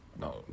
no